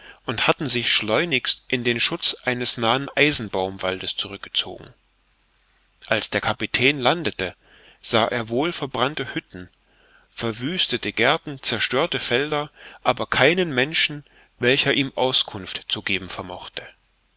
und hatten sich schleunigst in den schutz eines nahen eisenbaumwaldes zurückgezogen als der kapitän landete sah er wohl verbrannte hütten verwüstete gärten zerstörte felder aber keinen menschen welcher ihm auskunft zu geben vermochte